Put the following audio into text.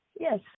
yes